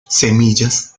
semillas